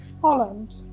Holland